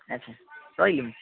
ଆଚ୍ଛା ରହିଲି